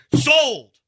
Sold